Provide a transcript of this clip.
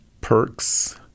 perks